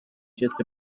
just